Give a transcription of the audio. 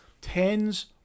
tens